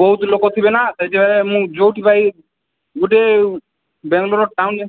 ବହୁତ ଲୋକ ଥିବେ ନା ସେଇଠାରେ ମୁଁ ଯେଉଁଠି ଭାଇ ଗୋଟେ ବାଙ୍ଗଲୋର ଟାଉନ୍